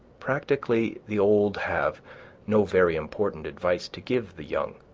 practically, the old have no very important advice to give the young,